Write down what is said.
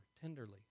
tenderly